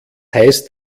heißt